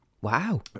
Wow